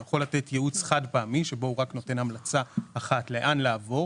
הוא יכול לתת ייעוץ חד פעמי שבו הוא רק נותן המלצה אחת לאן לעבור